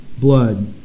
blood